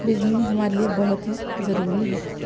بجلی ہمارے لئے بہت ہی ضروری ہے